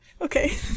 Okay